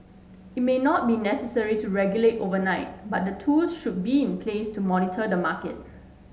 it may not be necessary to regulate overnight but the tools should be in place to monitor the market